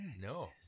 No